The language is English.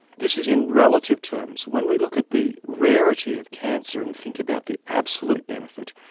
this is in relative terms. when we look at the rarity of cancer and think about the absolute benefit,